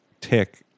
tick